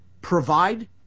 provide